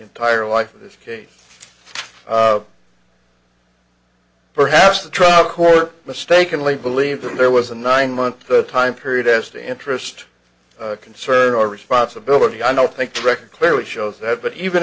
entire life in this case perhaps the trial court mistakenly believe that there was a nine month time period as to interest concern or responsibility i don't think the record clearly shows that but even